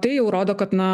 tai jau rodo kad na